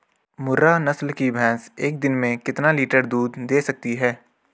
मुर्रा नस्ल की भैंस एक दिन में कितना लीटर दूध दें सकती है?